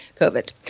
COVID